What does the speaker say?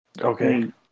Okay